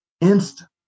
instant